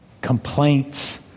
complaints